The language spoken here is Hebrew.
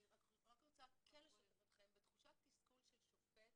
אני רק רוצה כן לשתף אתכם בתחושת תסכול של שופט